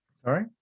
Sorry